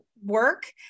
work